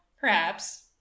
Perhaps